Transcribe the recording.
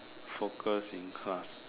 focus in class